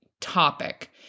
topic